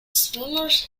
swimmers